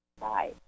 Bye